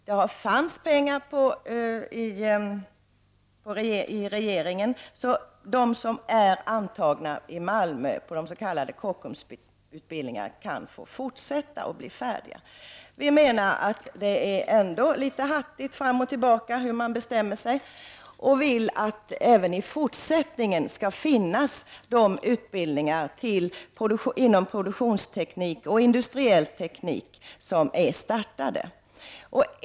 Det finns pengar, så de som är antagna till den s.k. Kockumsutbildningen i Malmö kan få fortsätta och slutföra sin utbildning. Vi menar att det ändå hattas litet innan man beslutar sig. Vi vill att det även i fortsättningen skall finnas de utbildningar inom produktionsteknik och inom industriell teknik som är startade.